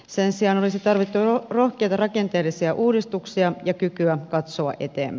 sen sijaan olisi tarvittu rohkeita rakenteellisia uudistuksia ja kykyä katsoa eteen